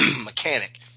mechanic